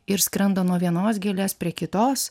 ir skrenda nuo vienos gėlės prie kitos